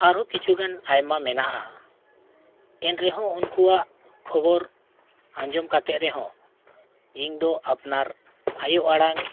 ᱟᱨᱦᱚᱸ ᱠᱤᱪᱷᱩ ᱜᱟᱱ ᱟᱭᱢᱟ ᱢᱮᱱᱟᱜᱼᱟ ᱮᱱ ᱨᱮᱦᱚᱸ ᱩᱱᱠᱩᱣᱟᱜ ᱠᱷᱚᱵᱚᱨ ᱟᱸᱡᱚᱢ ᱠᱟᱛᱮ ᱨᱮᱦᱚᱸ ᱤᱧ ᱫᱚ ᱟᱯᱱᱟᱨ ᱟᱭᱳ ᱟᱲᱟᱝ